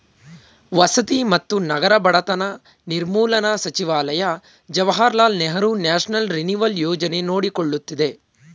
ವಸತಿ ಮತ್ತು ನಗರ ಬಡತನ ನಿರ್ಮೂಲನಾ ಸಚಿವಾಲಯ ಜವಾಹರ್ಲಾಲ್ ನೆಹರು ನ್ಯಾಷನಲ್ ರಿನಿವಲ್ ಯೋಜನೆ ನೋಡಕೊಳ್ಳುತ್ತಿದೆ